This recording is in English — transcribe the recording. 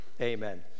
amen